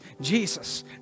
Jesus